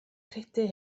credu